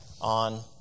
on